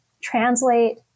translate